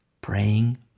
Praying